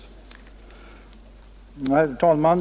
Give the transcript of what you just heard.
Herr talman!